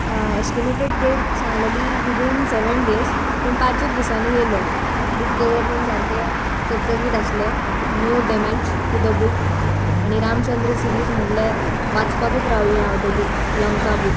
estimated date सांगलेलि within seven days पूण पांचूत दिसांनी येयलों बूक कवर बिन सारकें चकचकित आसलें no damage to the book आनी रामचंद्र सिरीज म्हणल्यार वाचपाकूच रावल्ले हांव तो बुक लंका बुक